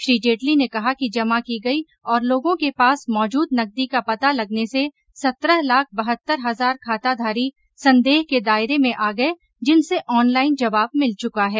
श्री जेटली ने कहा कि जमा की गयी और लोगों के पास मौजूद नगदी का पता लगने से सत्रह लाख बहत्तर हजार खाताधारी संदेह के दायरे में आ गये जिनसे ऑनलाइन जवाब मिल चुका है